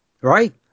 Right